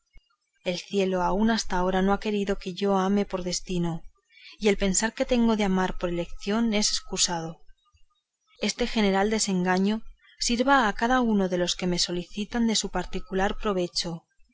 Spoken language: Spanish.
el cielo aún hasta ahora no ha querido que yo ame por destino y el pensar que tengo de amar por elección es escusado este general desengaño sirva a cada uno de los que me solicitan de su particular provecho